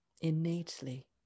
innately